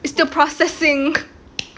still processing